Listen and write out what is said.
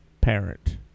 Parent